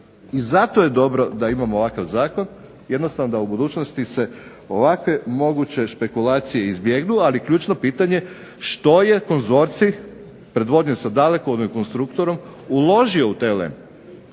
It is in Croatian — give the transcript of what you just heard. I zato je dobro da imamo ovakav zakon, jednostavno da se u budućnosti ovakve moguće špekulacije izbjegnu. Ali ključno pitanje što je konzorcij predvođen sa Dalekovodom i Konstruktorom uložio u TLM